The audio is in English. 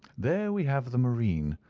there we have the marine.